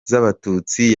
z’abatutsi